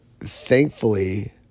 Thankfully